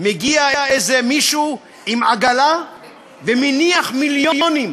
מישהו עם עגלה ומניח מיליונים.